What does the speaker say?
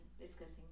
Discussing